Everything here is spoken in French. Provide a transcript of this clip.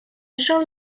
jean